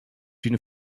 une